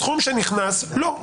הסכום שנכנס לא.